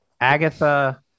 Agatha